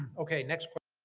okay next